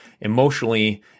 emotionally